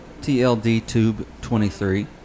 tldtube23